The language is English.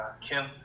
Kim